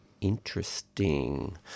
Interesting